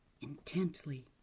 intently